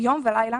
יום ולילה